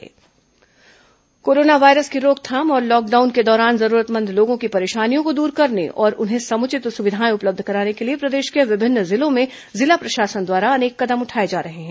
corona जिला coronavirus की रोकथाम और लॉकडाउन के दौरान जरूरतमंद लोगों की परेशानियों को दूर करने और उन्हें समुचित सुविधाएं उपलब्ध कराने के लिए प्रदेश के विभिन्न जिलों में जिला प्रशासन द्वारा अनेक कदम उठाए जा रहे हैं